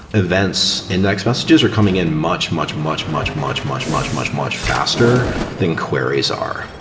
events index messages are coming in much, much, much, much, much, much, much, much, much faster than queries are,